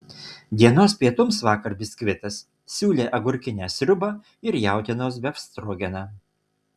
dienos pietums vakar biskvitas siūlė agurkinę sriubą ir jautienos befstrogeną